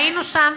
היינו שם.